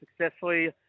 successfully